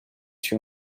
you